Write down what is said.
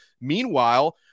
Meanwhile